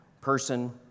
person